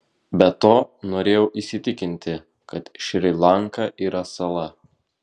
be to norėjau įsitikinti kad šri lanka yra sala